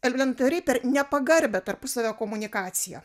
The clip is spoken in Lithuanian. elementariai per ne pagarbią tarpusavio komunikaciją